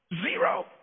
Zero